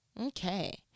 okay